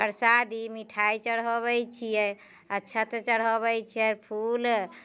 प्रसादी मिठाइ चढ़बैट छियै अक्षत चढ़बैत छिअन फूल